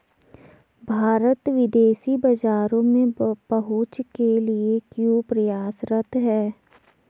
भारत विदेशी बाजारों में पहुंच के लिए क्यों प्रयासरत है?